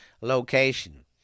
location